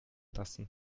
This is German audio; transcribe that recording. lassen